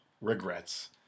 Regrets